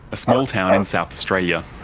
a small town in south australia.